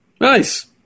Nice